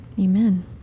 Amen